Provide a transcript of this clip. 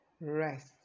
rest